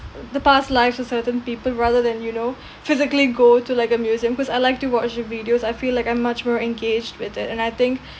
the past life of certain people rather than you know physically go to like a museum cause I like to watch videos I feel like I'm much more engaged with it and I think